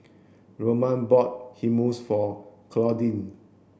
Roman bought Hummus for Claudine